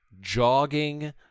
jogging